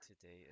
today